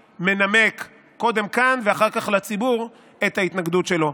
מנמק קודם כאן ואחר כך לציבור את ההתנגדות שלו.